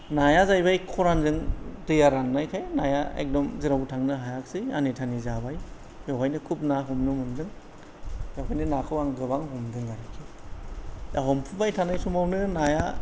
नाया जाहैबाय खरानजों दैया राननायखाय नाया एखदम जेरावबो थांनो हायाखिसै आनि थानि जाबाय बेवहायनो खुब ना हमनो मोनदों बेफोरनि नाखौ आं गोबां हमदों आरोखि दा हमफुबाय थानाय समावनो नाया